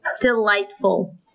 delightful